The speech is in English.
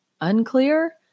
Unclear